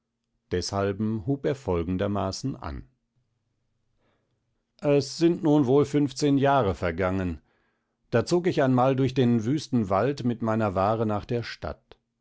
deshalben hub er folgendermaßen an es sind nun wohl funfzehn jahre vergangen da zog ich einmal durch den wüsten wald mit meiner ware nach der stadt